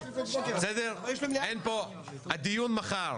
הדיון מחר,